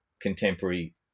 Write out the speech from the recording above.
contemporary